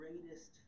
greatest